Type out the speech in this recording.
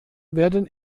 werden